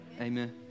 Amen